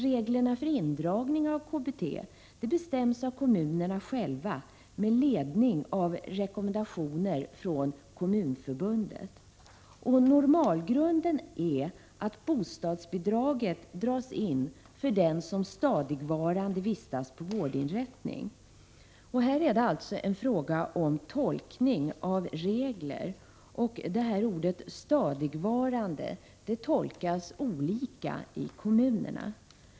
Reglerna för indragning av det kommunala bostadstillägget bestäms av kommunerna själva, med ledning av rekommendationer från Kommunförbundet. Normalgrunden är att bostadsbidraget dras in för den som stadigvarande vistas på vårdinrättning. Här är det alltså en fråga om tolkning av regler, och ordet stadigvarande tolkas olika i kommunerna.